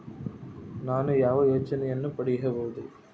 ನಾನು ಯಾವ ಯೋಜನೆಯನ್ನು ಪಡೆಯಬಹುದು?